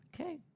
Okay